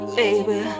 baby